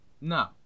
No